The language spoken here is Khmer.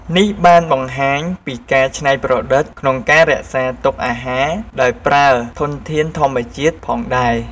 នេះបានបង្ហាញពីការច្នៃប្រឌិតក្នុងការរក្សាទុកអាហារដោយប្រើធនធានធម្មជាតិផងដែរ។